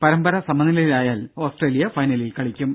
പരമ്പര സമനിലയിലായാൽ ഓസ്ട്രേലിയ ഫൈനലിൽ കളിക്കും